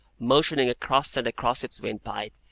motioning across and across its windpipe,